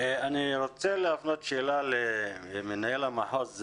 אני רוצה להפנות שאלה למנהל המחוז,